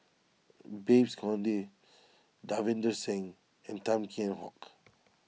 Babes Conde Davinder Singh and Tan Kheam Hock